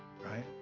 right